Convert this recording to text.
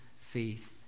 faith